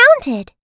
counted